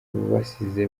abasize